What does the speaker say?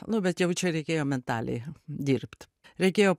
nu bet jau čia reikėjo mentaliai dirbt reikėjo